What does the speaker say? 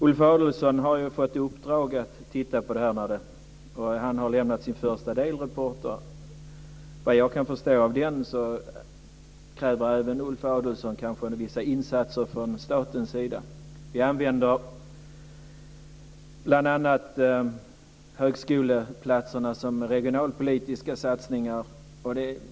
Ulf Adelsohn har ju fått i uppdrag att titta närmare på det här, och han har lämnat sin första delrapport. Vad jag kan förstå av den kräver även Ulf Adelsohn vissa insatser från statens sida. Vi använder bl.a. högskoleplatserna som regionalpolitiska satsningar.